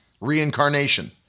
Reincarnation